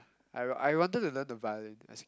I w~ I wanted to learn the violin